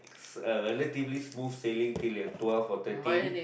a relatively smooth sailing till you are twelve or thirteen